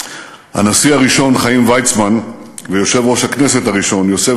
הנשיא הראשון חיים ויצמן ויושב-ראש הכנסת הראשון יוסף